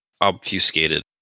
obfuscated